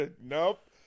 Nope